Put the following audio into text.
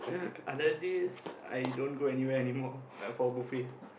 other days I don't go anywhere anymore for buffet